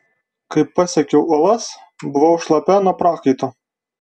kol pasiekiau uolas buvau šlapia nuo prakaito